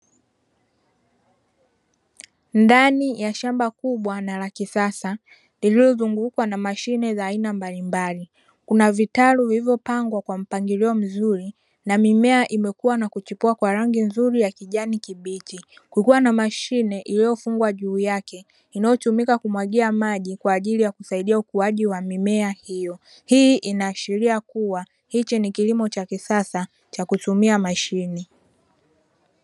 Ndani ya shamba kubwa na la kisasa, lililozungukwa na mashine za aina mbalimbali, kuna vitalu vilivyopangwa kwa mpangilio mzuri, na mimea imekua na kuchipua kwa rangi ya kijani kibichi. Kukiwa na mashine iliyofungwa juu yake, inayotumika kumwagia maji kwa ajili ya kusaidia ukuaji wa mimea hiyo. Hii inaashiria kuwa hichi ni kilimo cha kisasa cha kutumia mashine.